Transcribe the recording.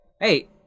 Hey